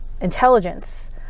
intelligence